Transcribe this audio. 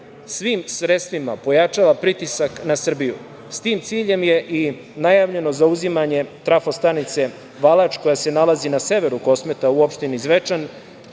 svim sredstvima pojačava pritisak na Srbiju.S tim ciljem je i najavljeno zauzimanje trafostanice Valač, koja se nalazi na severu Kosmeta u opštini Zvečan,